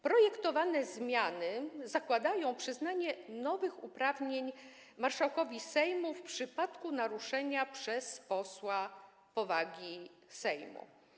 Projektowane zmiany zakładają przyznanie nowych uprawnień marszałkowi Sejmu w przypadku naruszenia przez posła powagi Sejmu.